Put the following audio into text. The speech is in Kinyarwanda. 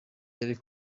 yari